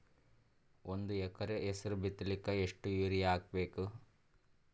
ಒಂದ್ ಎಕರ ಹೆಸರು ಬಿತ್ತಲಿಕ ಎಷ್ಟು ಯೂರಿಯ ಹಾಕಬೇಕು?